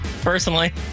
Personally